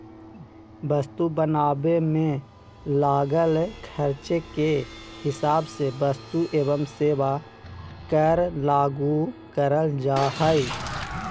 वस्तु बनावे मे लागल खर्चे के हिसाब से वस्तु एवं सेवा कर लागू करल जा हय